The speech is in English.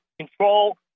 control